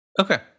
Okay